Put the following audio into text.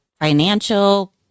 financial